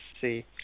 see